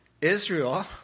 Israel